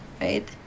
right